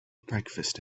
breakfast